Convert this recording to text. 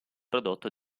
prodotto